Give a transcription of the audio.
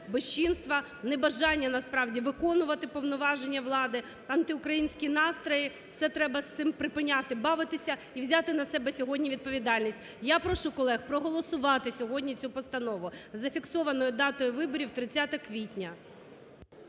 безчинства, небажання, насправді, виконувати повноваження влади, антиукраїнські настрої. Це треба з цим припиняти бавитися і взяти на себе сьогодні відповідальність. Я прошу колег проголосувати сьогодні цю постанову зафіксованою датою виборів 30 квітня.